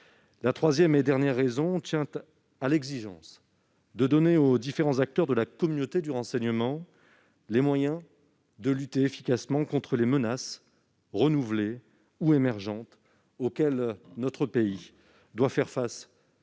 La troisième et dernière raison tient à l'exigence de donner aux différents acteurs de la communauté du renseignement les moyens de lutter efficacement contre les menaces renouvelées ou émergentes auxquelles notre pays doit faire face